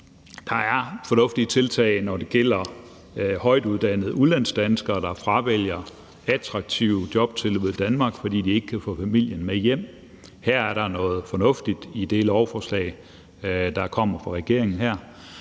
Der er fornuftige tiltag, når det gælder højtuddannede udenlandsdanskere, der fravælger attraktive jobtilbud i Danmark, fordi de ikke kan få familien med hjem. Her er der noget fornuftigt i det lovforslag, der her kommer fra regeringen.